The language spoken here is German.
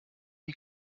die